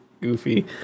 goofy